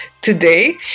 today